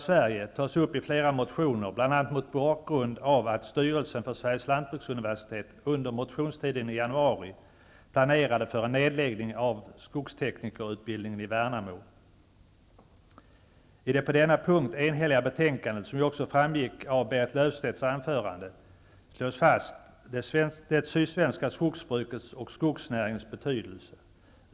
Sverige tas upp i flera motioner, bl.a. mot bakgrund av att styrelsen för Sveriges lantbruksuniversitet under motionstiden i januari planerade för en nedläggning av skogsteknikerutbildningen i I det på denna punkt enhälliga betänkandet slås det sydsvenska skogsbrukets och skogsnäringens betydelse fast.